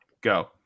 go